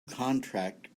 contract